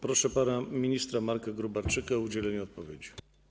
Proszę pana ministra Marka Gróbarczyka o udzielenie odpowiedzi.